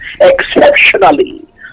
exceptionally